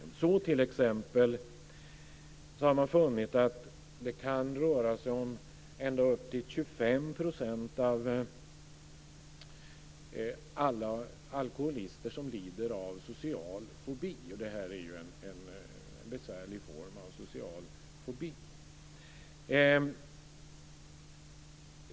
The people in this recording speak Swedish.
Man har t.ex. funnit att det kan röra sig om att ända upp till 25 % av alla alkoholister lider av social fobi - och det här är ju en besvärlig form av social fobi.